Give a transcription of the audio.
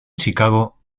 chicago